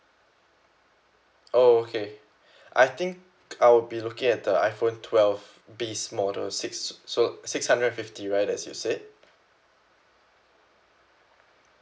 oh okay I think I'll be looking at the iphone twelve base model six so six hundred and fifty right that you said